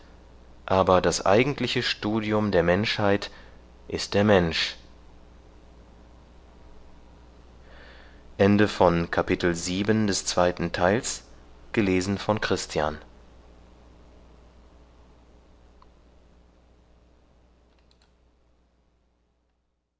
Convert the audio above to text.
aber das eigentliche studium der menschheit ist der mensch